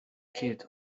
kid